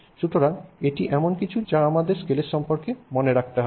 সুতরাং এটি এমন কিছু যা আমাদের স্কেলের সম্পর্কে মনে রাখতে হবে